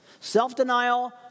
Self-denial